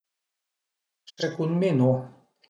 Secund mi no